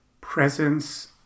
presence